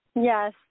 yes